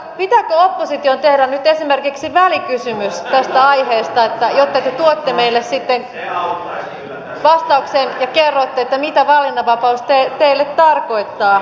pitääkö opposition tehdä nyt esimerkiksi välikysymys tästä aiheesta jotta te tuotte meille sitten vastauksen ja kerrotte mitä valinnanvapaus teille tarkoittaa